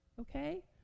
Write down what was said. Okay